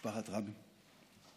משפחת רבין.